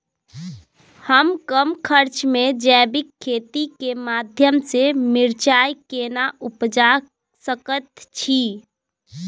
हम कम खर्च में जैविक खेती के माध्यम से मिर्चाय केना उपजा सकेत छी?